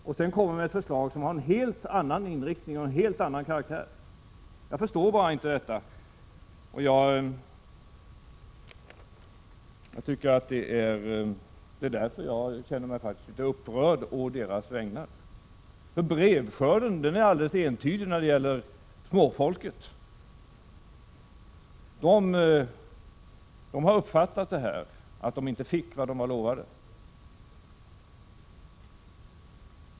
Men sedan kommer man med ett förslag, som har en helt annan inriktning och en helt annan karaktär. Jag förstår bara inte detta. Av den anledningen känner jag mig faktiskt litet upprörd å just dessa människors vägnar. Brevskörden är alldeles entydig när det gäller småfolket — man har uppfattat att man inte fick vad man utlovats.